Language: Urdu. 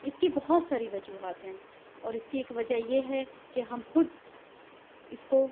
اس کی بہت ساری وجوہات ہیں اور اس کی ایک وجہ یہ ہے کہ ہم خود اس کو